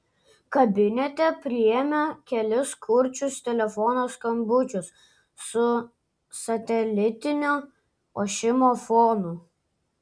kabinete priėmė kelis kurčius telefono skambučius su satelitinio ošimo fonu